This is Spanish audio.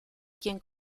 quien